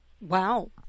Wow